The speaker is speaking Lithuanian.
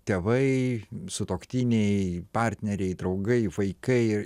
tėvai sutuoktiniai partneriai draugai vaikai